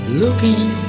looking